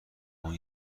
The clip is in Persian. اون